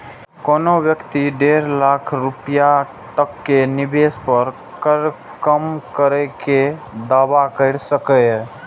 कोनो व्यक्ति डेढ़ लाख रुपैया तक के निवेश पर कर कम करै के दावा कैर सकैए